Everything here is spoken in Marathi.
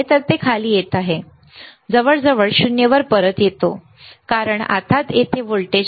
तर ते खाली येत आहे बरोबर जवळजवळ 0 वर परत येतो कारण आता तेथे व्होल्टेज नाही